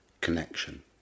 connection